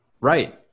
Right